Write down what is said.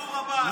למנסור עבאס.